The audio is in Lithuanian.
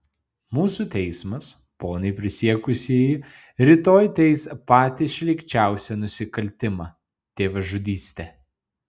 mūsų teismas ponai prisiekusieji rytoj teis patį šlykščiausią nusikaltimą tėvažudystę